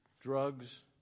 drugs